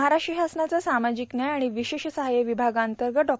महाराष्ट्र शासनाचे सामाजिक न्याय आर्गण ववशेष सहाय्य ववभागांतगत डॉ